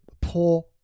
poor